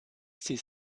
sie